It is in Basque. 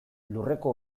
lurreko